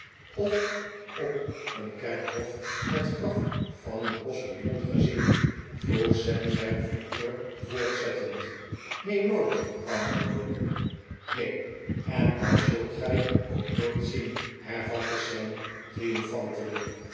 of op een kerkhof het graf van een postiljon gezien vroeg sam zijn verhoor voortzettend neen nooit antwoordde bob neen en dat zult gij ook nooit zien hervatte sam triomfantelijk